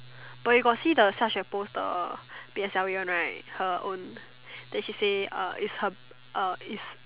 but you got see the such a poster P_S_L_E one right her own then she say uh is her uh is